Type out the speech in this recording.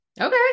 Okay